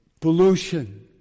pollution